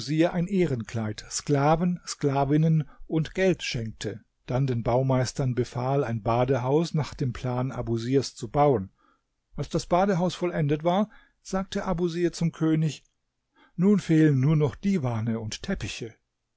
ein ehrenkleid sklaven sklavinnen und geld schenkte dann den baumeistern befahl ein badehaus nach dem plan abusirs zu bauen als das badehaus vollendet war sagte abusir zum könig nun fehlen nur noch divane und teppiche